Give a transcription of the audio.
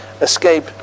escape